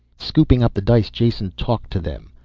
scooping up the dice jason talked to them,